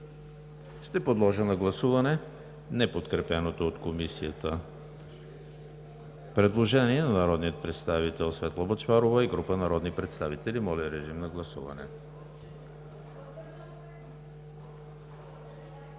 Подлагам на гласуване неподкрепеното от Комисията предложение на народния представител Светла Бъчварова и група народни представители. Гласували